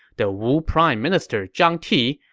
the wu prime minister zhang ti,